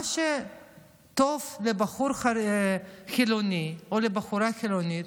מה שטוב לבחור חילוני או לבחורה חילונית,